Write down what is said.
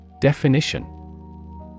Definition